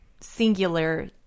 singular